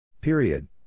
Period